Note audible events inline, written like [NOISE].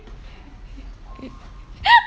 [LAUGHS]